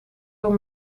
door